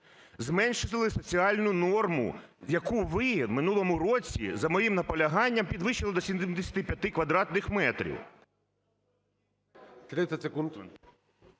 Зменшили соціальну норму, яку ви в минулому році за моїм наполяганням підвищили до 75 квадратних метрів.